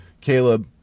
Caleb